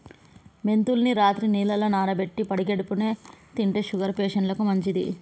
మెంతుల్ని రాత్రి నీళ్లల్ల నానబెట్టి పడిగడుపున్నె తింటే షుగర్ పేషంట్లకు మంచిది